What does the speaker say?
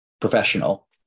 professional